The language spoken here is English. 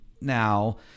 now